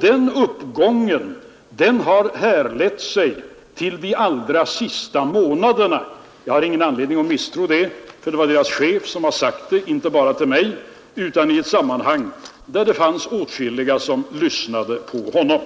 Den uppgången härleder sig till de allra senaste månaderna, Jag har ingen anledning att misstro den uppgiften — koncernchefen har lämnat den inte bara till mig utan i ett sammanhang där det fanns åtskilliga som lyssnade på honom.